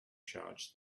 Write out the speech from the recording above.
charge